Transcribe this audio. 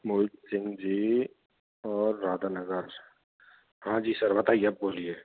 मोहित सिंह जी और राधा नगर हाँ जी सर बताइए आप बोलिए